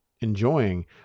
enjoying